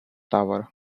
tower